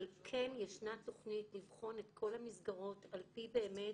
אבל כן ישנה תוכנית לבחון את כל המסגרות על פי באמת